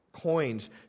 coins